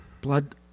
Blood